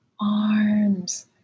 arms